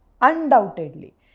Undoubtedly